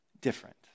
different